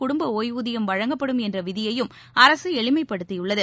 குடும்ப ஓய்வூதியம் வழங்கப்படும் என்ற விதியையும் அரசு எளிமைப்படுத்தியுள்ளது